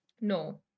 no